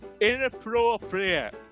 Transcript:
inappropriate